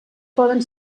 poden